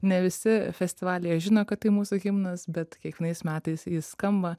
ne visi festivalyje žino kad tai mūsų himnas bet kiekvienais metais jis skamba